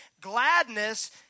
Gladness